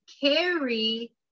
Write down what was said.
carry